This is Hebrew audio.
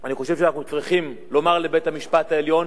אני חושב שאנחנו צריכים לומר לבית-המשפט העליון: